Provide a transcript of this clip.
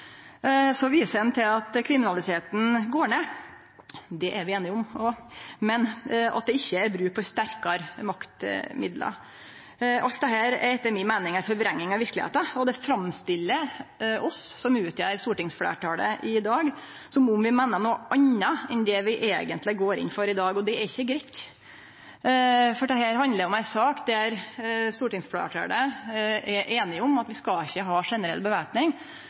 til at kriminaliteten går ned – det er vi einige om – og at det ikkje er bruk for sterkare maktmiddel. Alt dette er etter mi meining ei forvrenging av verkelegheita. Det framstiller oss som utgjer stortingsfleirtalet i dag, som om vi meiner noko anna enn det vi eigentleg går inn for i dag. Det er ikkje greitt, for dette handlar om ei sak der stortingsfleirtalet er einig om at vi ikkje skal ha generell